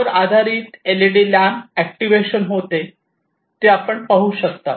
त्यावर आधारित LED lamp activation होते आपण ते पाहू शकता